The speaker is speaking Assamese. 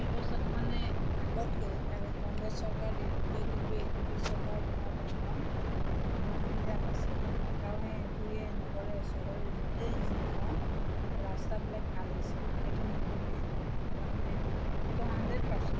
ব্যৱস্থাটো মানে আগতকৈ কংগ্ৰেছ চৰকাৰৰ দিনতকৈ কিন্তু এজিপি চৰকাৰৰ দিনত অলপমান মই সুবিধা পাইছোঁ গাঁৱে ভূঞে নগৰে চহৰে য'তেই যি নহওঁ ৰাস্তাবিলাক ভাল হৈছে সেইটো মই কমেই তাৰমানে সেইটো হাণ্ড্ৰেড পাৰ্চেণ্ট